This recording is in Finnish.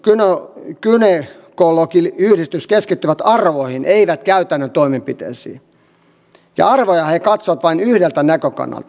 kätilöliitto ja gynekologiyhdistys keskittyvät arvoihin eivät käytännön toimenpiteisiin ja arvoja he katsovat vain yhdeltä näkökannalta